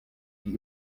die